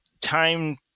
time